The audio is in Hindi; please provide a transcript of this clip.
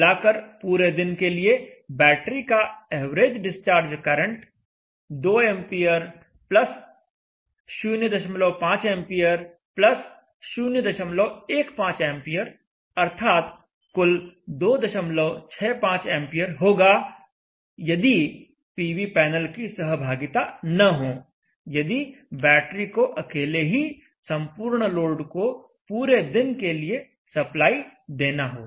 कुल मिलाकर पूरे दिन के लिए बैटरी का average discharge current 2 ampere 05 ampere 015 ampere अर्थात कुल 265 एंपियर होगा यदि पीवी पैनल की सहभागिता न हो यदि बैटरी को अकेले ही संपूर्ण लोड को पूरे दिन के लिए सप्लाई देना हो